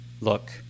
look